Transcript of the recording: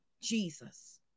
Jesus